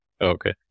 okay